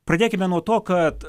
pradėkime nuo to kad